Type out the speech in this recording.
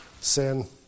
Sin